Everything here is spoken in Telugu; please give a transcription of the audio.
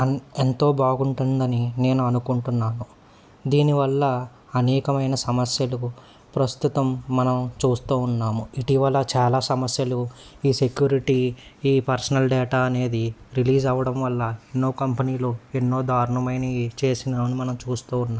అన్ ఎంతో బాగుంటుందని నేను అనుకుంటున్నాను దీనివల్ల అనేకమైన సమస్యలు ప్రస్తుతం మనం చూస్తూ ఉన్నాము ఇటీవల చాలా సమస్యలు ఈ సెక్యూరిటీ ఈ పర్సనల్ డేటా అనేది రిలీజ్ అవ్వడం వల్ల ఎన్నో కంపెనీలు ఎన్నో దారుణమైనవి చేసినాని మనం చూస్తూ ఉన్నాం